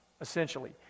essentially